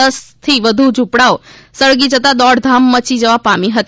દસથી વધુ ઝુંપડાઓ સળગી જતાં દોડધામ મચી જવા પામી હતી